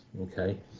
okay